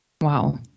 Wow